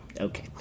Okay